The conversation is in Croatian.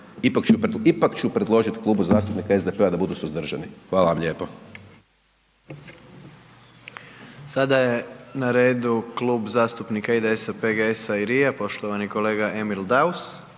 ipak ću predložit Klubu zastupnika SDP-a da budu suzdržani. Hvala vam lijepo. **Jandroković, Gordan (HDZ)** Sada je na redu Klub zastupnika IDS-a, PGS-a i LRI-a poštovani kolega Emil Daus.